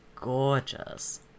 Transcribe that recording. gorgeous